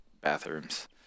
bathrooms